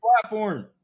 platform